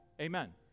Amen